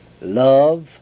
love